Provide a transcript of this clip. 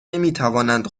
نمیتوانند